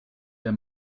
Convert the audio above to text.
der